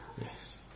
yes